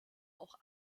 auch